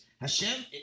Hashem